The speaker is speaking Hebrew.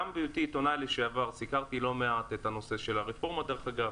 כעיתונאי לשעבר סיקרתי לא מעט את הנושא של הרפורמות במשרד התחבורה.